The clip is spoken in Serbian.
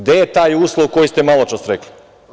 Gde je taj uslov koji ste malo čas rekli?